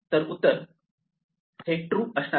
तर उत्तर हे ट्रू असणार आहे